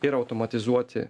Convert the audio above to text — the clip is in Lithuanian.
ir automatizuoti